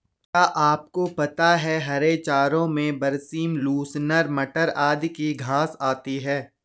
क्या आपको पता है हरे चारों में बरसीम, लूसर्न, मटर आदि की घांस आती है?